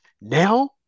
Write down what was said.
Now